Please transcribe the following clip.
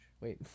Wait